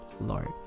Lord